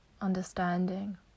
understanding